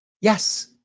Yes